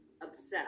obsessed